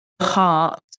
heart